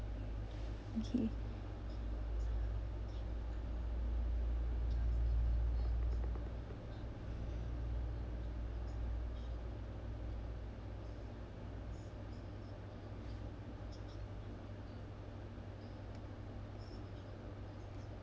okay